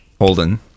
Holden